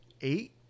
eight